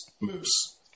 moose